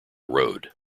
road